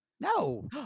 No